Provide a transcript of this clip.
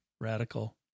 radical